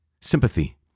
sympathy